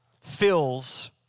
fills